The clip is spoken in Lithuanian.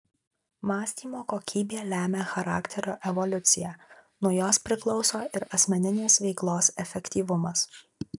mąstymo kokybė lemia charakterio evoliuciją nuo jos priklauso ir asmeninės veiklos efektyvumas